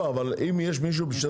לא אבל אם יש מישהו,